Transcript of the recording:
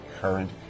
current